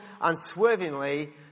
unswervingly